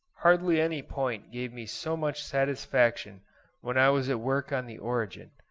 hardly any point gave me so much satisfaction when i was at work on the origin,